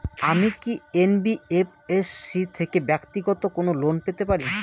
আমি কি এন.বি.এফ.এস.সি থেকে ব্যাক্তিগত কোনো লোন পেতে পারি?